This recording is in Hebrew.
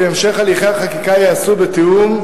כי המשך הליכי החקיקה ייעשו בתיאום,